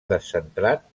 descentrat